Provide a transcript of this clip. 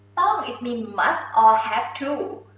ah i mean must or have to,